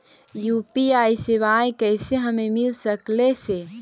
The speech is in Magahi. यु.पी.आई सेवाएं कैसे हमें मिल सकले से?